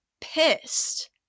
pissed